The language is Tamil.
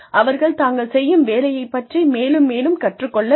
அவர்கள் தாங்கள் செய்யும் வேலையைப் பற்றி மேலும் மேலும் கற்றுக் கொள்ள வேண்டும்